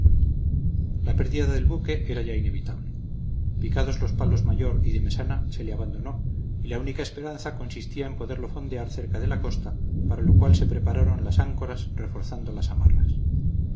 la pérdida del buque era ya inevitable picados los palos mayor y de mesana se le abandonó y la única esperanza consistía en poderlo fondear cerca de la costa para lo cual se prepararon las áncoras reforzando las amarras